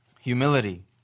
humility